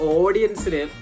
audience